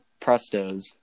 Prestos